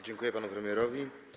Dziękuję panu premierowi.